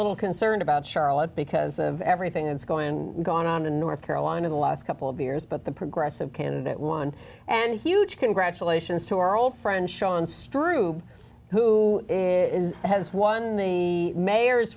little concerned about charlotte because of everything that's going gone on in north carolina in the last couple of years but the progressive candidate won and huge congratulations to our old friend sean strub who has won the mayor's